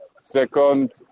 Second